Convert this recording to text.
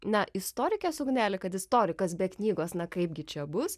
na istorikės ugnelė kad istorikas be knygos na kaipgi čia bus